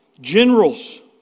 generals